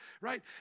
right